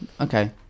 okay